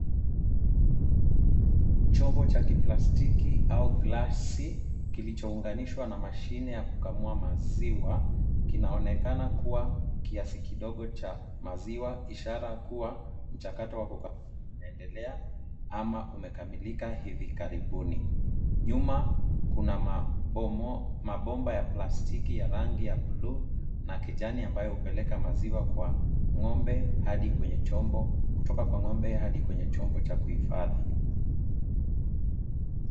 Chombo cha kiplasitiki au glasi kilichounganishwa na mashine ya kukamua maziwa kinaonekana kuwa kiasi kidogo cha maziwa ,ishara kuwa mchakato wa kukamua unaendelea, ama umekamilika hivi karibuni . Nyuma kuna mabo, mabomba ya plastiki ya rangi ya blue na kijani, ambayo hupeleka maziwa kwa ng'ombe hadi kwenye chombo, kutoka kwa ng'ombe hadi kwenye chombo cha kuhifadhi